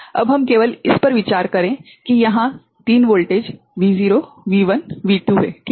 आइए हम केवल इस पर विचार करें कि यहा 3 वोल्टेज V0 V1 V2 है ठीक हैं